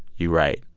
you write.